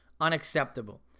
unacceptable